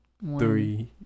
Three